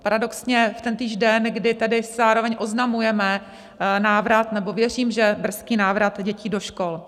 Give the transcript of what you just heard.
Paradoxně v tentýž den, kdy zároveň oznamujeme návrat nebo věřím, že brzký návrat dětí do škol.